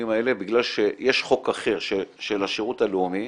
האלה בגלל שיש חוק אחר של השירות הלאומי